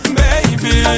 baby